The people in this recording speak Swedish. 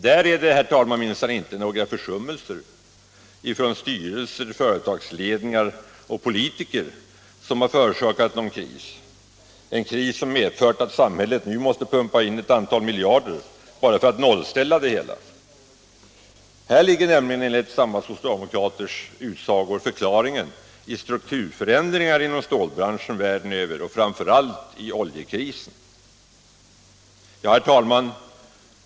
Där är det, herr talman, minsann inte några försummelser från styrelser, företagsledningar och politiker som har förorsakat kris — en kris som medfört att samhället nu måste pumpa in ett antal miljarder bara för att nollställa det hela. Här ligger nämligen, enligt samma socialdemokraters utsago, förklaringen i strukturförändringarna inom stålbranschen världen över och framför allt i oljekrisen. Herr talman!